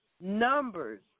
Numbers